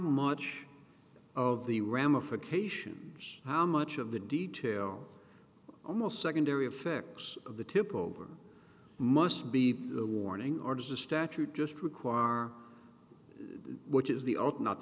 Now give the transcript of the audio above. much of the ramifications how much of the detail almost secondary effects of the tip over must be the warning or does the statute just require are which is the